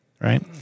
right